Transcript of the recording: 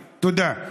תודה.